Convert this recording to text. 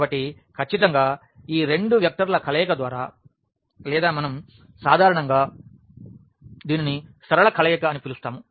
కాబట్టి ఖచ్చితంగా ఈ రెండు వెక్టర్ల కలయిక ద్వారా లేదా మనం సాధారణంగా దీనిని సరళ కలయిక అని పిలుస్తాము